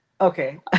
Okay